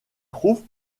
trouve